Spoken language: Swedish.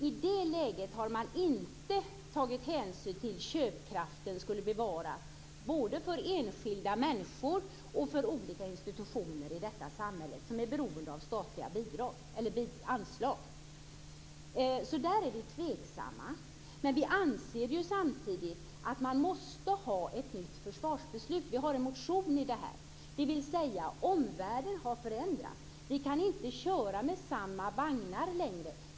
I det läget har man inte tagit hänsyn till att bevara köpkraften både för enskilda människor och för olika institutioner i detta samhälle som är beroende av statliga anslag. Där är vi tveksamma. Men vi anser samtidigt att man måste ha ett nytt försvarsbeslut. Vi har en motion i den frågan. Omvärlden har förändrats. Vi kan inte köra med samma vagnar längre.